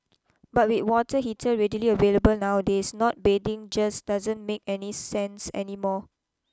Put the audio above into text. but with water heater readily available nowadays not bathing just doesn't make any sense anymore